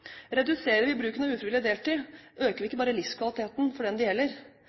Reduserer vi bruken av ufrivillig deltid, øker vi ikke bare livskvaliteten for den det gjelder.